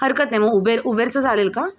हरकत नाई म उबेर उबेरचं चालेल का